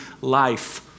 life